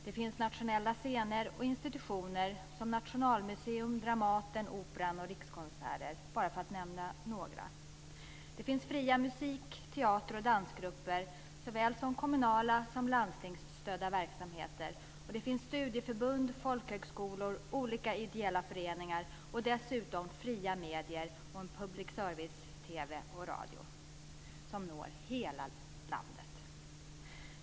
Det finns nationella scener och institutioner som Nationalmuseum, Dramaten, Operan och Rikskonserter - för att nämna några. Det finns fria musik-, teater och dansgrupper såväl som kommunala och landstingsstödda verksamheter. Det finns studieförbund, folkhögskolor, olika ideella föreningar och dessutom fria medier och en public service-TV och - radio som når hela landet.